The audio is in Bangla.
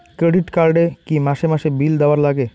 ক্রেডিট কার্ড এ কি মাসে মাসে বিল দেওয়ার লাগে?